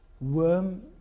worm